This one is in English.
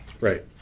Right